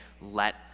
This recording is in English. Let